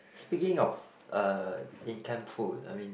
speaking of uh in camp food I mean